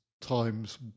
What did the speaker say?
times